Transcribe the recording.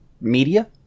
media